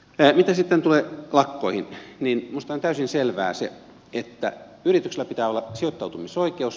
mitä sitten tulee lakkoihin niin minusta on täysin selvää se että yrityksillä pitää olla sijoittautumisoikeus